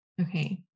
Okay